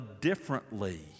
differently